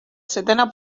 setena